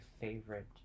favorite